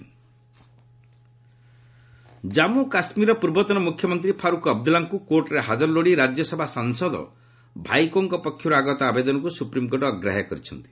SC Abdullah ଜନ୍ମୁ କାଶ୍ମୀରର ପୂର୍ବତନ ମୁଖ୍ୟମନ୍ତ୍ରୀ ଫାରୁକ୍ ଅବଦୁଲ୍ଲାଙ୍କୁ କୋର୍ଟରେ ହାଜର ଲୋଡ଼ି ରାଜ୍ୟସଭା ସାଂସଦ ଭାଇକୋଙ୍କ ପକ୍ଷର୍ତ ଆଗତ ଆବେଦନକ୍ର ସୁପ୍ରିମ୍କୋର୍ଟ ଅଗ୍ରାହ୍ୟ କରିଛନ୍ତି